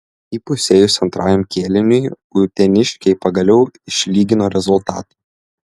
įpusėjus antrajam kėliniui uteniškiai pagaliau išlygino rezultatą